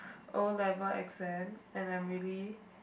O level exam and I'm really